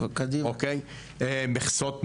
מכסות מים,